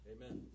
Amen